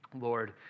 Lord